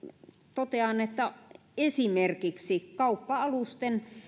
totean että esimerkiksi kauppa alusten